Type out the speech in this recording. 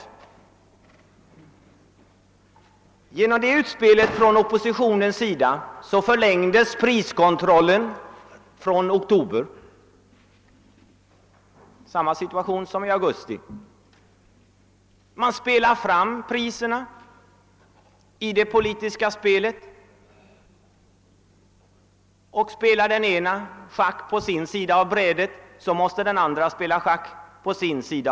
Genom utspelet från oppositionens sida förlängdes priskontrollen från oktober. Vi hade då samma situation som i augusti. Oppositionen drog in priserna i det politiska spelet. Om den ene spelar schack på sin sida av brädet måste ju den andre också göra det på sin sida.